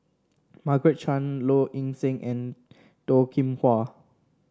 Margaret Chan Low Ing Sing and Toh Kim Hwa